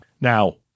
Now